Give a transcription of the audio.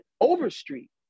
Overstreet